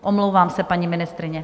Omlouvám se, paní ministryně.